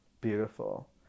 Beautiful